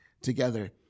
together